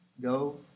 go